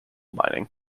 mining